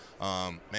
man